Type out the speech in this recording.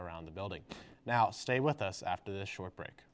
around the building now stay with us after this short break